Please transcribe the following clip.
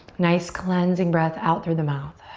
nice cleansing breath out through the mouth.